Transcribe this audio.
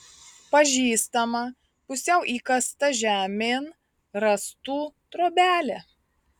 pažįstama pusiau įkasta žemėn rąstų trobelė